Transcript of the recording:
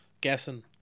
guessing